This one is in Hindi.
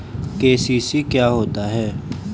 के.सी.सी क्या होता है?